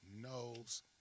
knows